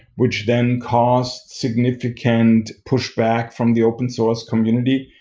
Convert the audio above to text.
which then caused significant pushed back from the open source community.